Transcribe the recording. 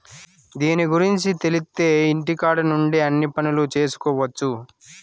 దీని గురుంచి తెలిత్తే ఇంటికాడ నుండే అన్ని పనులు చేసుకొవచ్చు